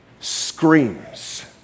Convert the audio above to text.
screams